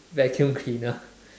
vacuum cleaner